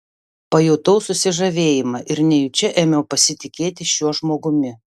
pajutau susižavėjimą ir nejučia ėmiau pasitikėti šiuo žmogumi